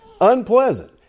unpleasant